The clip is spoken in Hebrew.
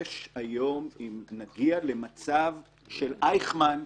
אם נגיע למצב של אייכמן,